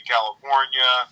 California